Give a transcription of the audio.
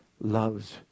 loves